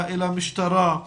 אל המשטרה,